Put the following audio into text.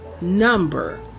number